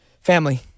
family